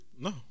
No